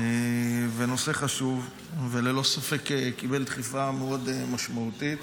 נושא חשוב, וללא ספק קיבל דחיפה מאוד משמעותית,